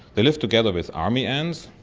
they live together with army ants,